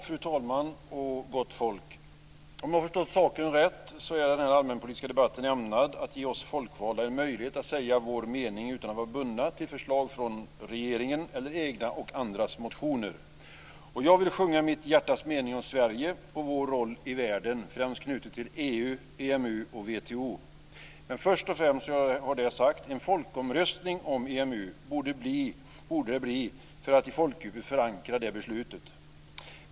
Fru talman och gott folk! Om jag har förstått saken rätt är den allmänpolitiska debatten ämnad att ge oss folkvalda en möjlighet att säga vår mening utan att vara bundna till förslag från regeringen eller egna och andras motioner. Jag vill sjunga mitt hjärtas mening om Sverige och vår roll i världen, främst knutet till EU, EMU och WTO. Först och främst vill jag säga att en folkomröstning om EMU borde det bli för att i folkdjupet förankra det beslutet!